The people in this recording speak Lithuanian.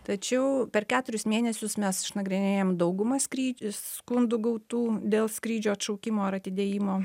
tačiau per keturis mėnesius mes išnagrinėjam daugumą skry skundų gautų dėl skrydžio atšaukimo ar atidėjimo